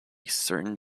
certain